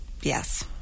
yes